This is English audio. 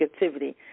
negativity